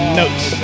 notes